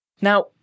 Now